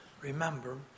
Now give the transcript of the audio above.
Remember